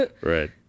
Right